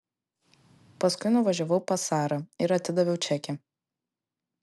paskui nuvažiavau pas sarą ir atidaviau čekį